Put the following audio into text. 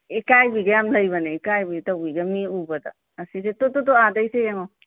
ꯏꯀꯥꯏꯕꯤꯒ ꯌꯥꯝ ꯂꯩꯕꯅꯦ ꯏꯀꯥꯏꯕꯤ ꯇꯧꯕꯤꯒ ꯃꯤ ꯎꯕꯗ ꯑꯁꯤꯁꯦ ꯇꯨ ꯇꯨ ꯇꯨ ꯑꯥꯗꯩꯁꯦ ꯌꯦꯡꯉꯣ